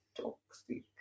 toxic